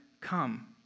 come